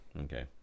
Okay